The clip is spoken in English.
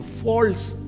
false